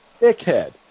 dickhead